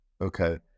okay